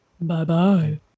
bye-bye